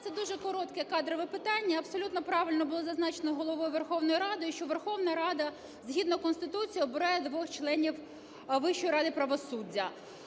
Це дуже коротке кадрове питання. Абсолютно правильно було зазначено Головою Верховної Ради, що Верховна Рада, згідно Конституції обирає двох членів Вищої ради правосуддя.